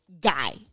guy